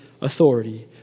authority